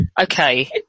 okay